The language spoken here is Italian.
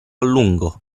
lungo